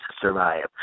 survive